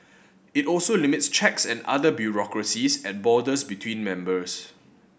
it also limits checks and other bureaucracies at borders between members